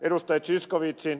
tämä ed